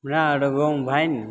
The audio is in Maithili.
हमरा आओर गाममे भाइ ने